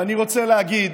ואני רוצה להגיד: